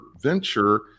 venture